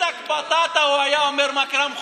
"עינדכ בטאטא", הוא היה אומר, מכרם חורי.